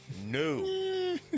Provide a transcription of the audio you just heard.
No